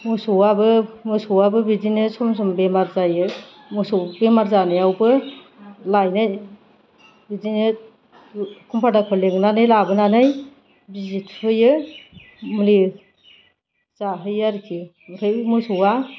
मोसौआबो बिदिनो सम सम बेमार जायो मोसौ बेमार जानायावबो लायनाय बिदिनो कम्पाउन्डारखौ लिंनानै लाबोनानै बिजि थुहोयो मुलि जाहोयो आरोखि ओमफ्राय मोसौआ